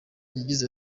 yagize